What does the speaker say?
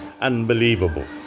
unbelievable